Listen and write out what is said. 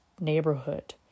neighborhood